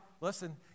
listen